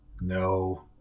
No